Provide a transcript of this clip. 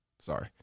Sorry